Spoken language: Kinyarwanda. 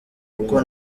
uko